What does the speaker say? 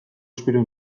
espero